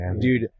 dude